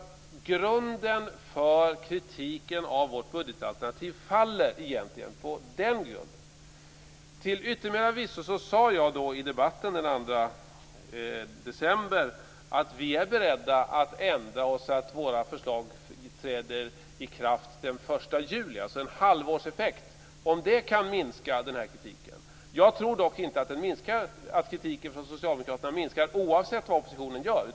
Grunden för kritiken av vårt budgetalternativ faller egentligen. Till yttermera visso sade jag i debatten den 2 december att vi är beredda att ändra oss så att våra förslag träder i kraft den 1 juli - alltså en halvårseffekt - om det kan minska kritiken. Jag tror dock inte att kritiken från Socialdemokraterna minskar, oavsett vad oppositionen gör.